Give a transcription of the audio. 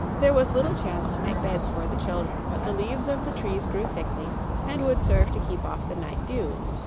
there was little chance to make beds for the children, but the leaves of the trees grew thickly and would serve to keep off the night dews,